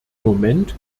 moment